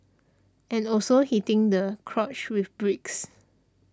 and also hitting the crotch with bricks